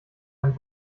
ein